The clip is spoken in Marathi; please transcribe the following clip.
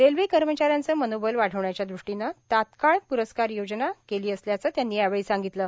रेल्वे कर्मचाऱ्यांचं मनोबल वाढवण्याच्या दृष्टीनं तात्काळ प्रस्कार योजना तयार केली असल्याचं त्यांनी यावेळी सांगितलं